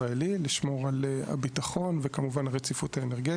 שווה למדינה להחזיק